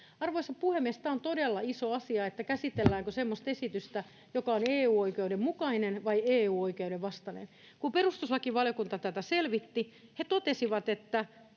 Arvoisa puhemies! Tämä on todella iso asia, käsitelläänkö semmoista esitystä, joka on EU-oikeuden mukainen vai EU-oikeuden vastainen. Kun perustuslakivaliokunta tätä selvitti, he totesivat, että